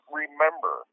remember